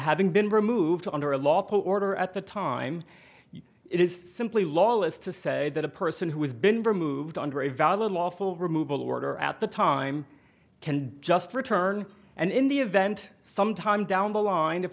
having been removed under a lot the order at the time it is simply lawless to say that a person who has been removed under a valid lawful removal order at the time can just return and in the event sometime down the line if